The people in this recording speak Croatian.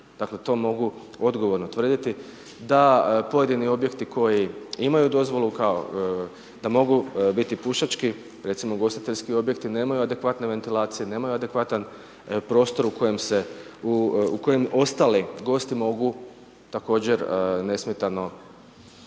Dakle to mogu odgovorno tvrditi da pojedini objekti koji imaju dozvolu kao da mogu biti pušački, recimo ugostiteljski objekti nemaju adekvatne ventilacije, nemaju adekvatan prostor u kojem se, u kojem ostali gosti mogu također nesmetano